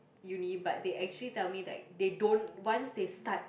uni but they actually tell me that they don't once they start